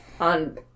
on